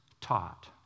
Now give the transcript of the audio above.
taught